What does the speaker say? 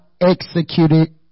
executed